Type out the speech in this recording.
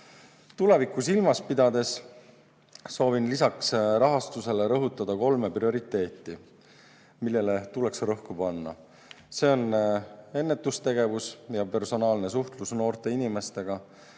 Tulevikku silmas pidades soovin lisaks rahastusele rõhutada kolme prioriteeti, millele tuleks rõhku panna. See on ennetustegevus ja personaalne suhtlemine noorte inimestega,